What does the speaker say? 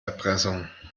erpressung